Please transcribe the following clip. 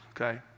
okay